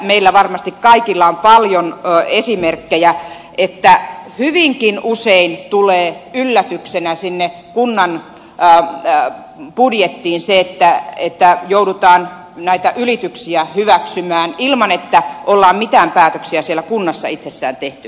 tästä varmasti meillä kaikilla on paljon esimerkkejä että hyvinkin usein tulee yllätyksenä sinne kunnan budjettiin se että joudutaan näitä ylityksiä hyväksymään ilman että on mitään päätöksiä siellä kunnassa itsessään tehty